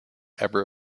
ever